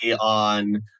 on